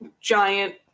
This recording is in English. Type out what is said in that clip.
giant